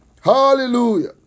Hallelujah